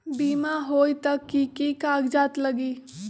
बिमा होई त कि की कागज़ात लगी?